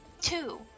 Two